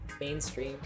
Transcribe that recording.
mainstream